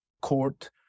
court